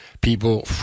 people